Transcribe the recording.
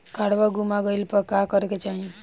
काडवा गुमा गइला पर का करेके चाहीं?